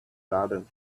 garden